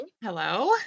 Hello